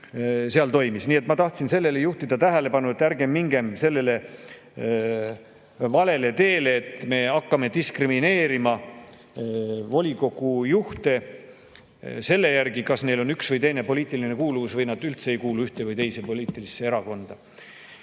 seal toimus. Ma tahtsin sellele juhtida tähelepanu, et ärgem mingem sellele valele teele, et me hakkame diskrimineerima volikogu juhte selle järgi, kas neil on üks või teine poliitiline kuuluvus või nad üldse ei kuulu poliitilisse erakonda.